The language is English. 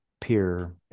peer